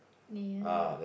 ya